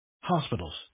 Hospitals